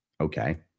Okay